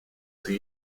the